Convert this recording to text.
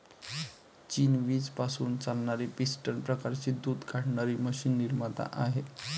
चीन वीज पासून चालणारी पिस्टन प्रकारची दूध काढणारी मशीन निर्माता आहे